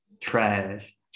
trash